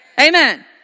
Amen